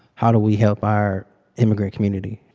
how do we help our immigrant community?